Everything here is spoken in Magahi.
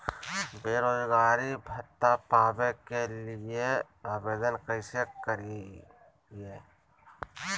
बेरोजगारी भत्ता पावे के लिए आवेदन कैसे करियय?